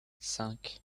cinq